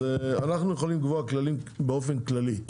זה, אנחנו יכולים לקבוע כללים באופן כללי.